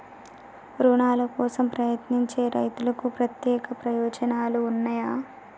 రుణాల కోసం ప్రయత్నించే రైతులకు ప్రత్యేక ప్రయోజనాలు ఉన్నయా?